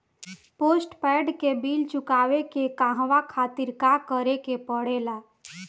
Postpaid के bill चुकावे के कहवा खातिर का करे के पड़ें ला?